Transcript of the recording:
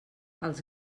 els